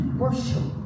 worship